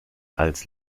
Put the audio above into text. als